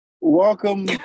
welcome